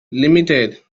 ltd